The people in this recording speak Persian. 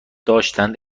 داشتند